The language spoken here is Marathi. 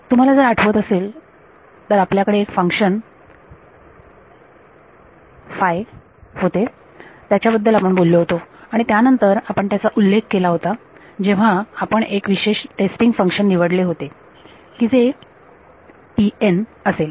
तुम्हाला जर आठवत असेल आपल्याकडे एक फंक्शन होते त्याच्याबद्दल आपण बोललो होतो आणि त्यानंतर आपण त्याचा उल्लेख केला होता जेव्हा आपण एक विशेष टेस्टिंग फंक्शन निवडले होते की जे असेल